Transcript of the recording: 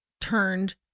turned